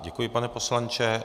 Děkuji, pane poslanče.